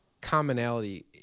commonality